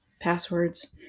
passwords